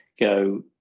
Go